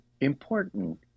important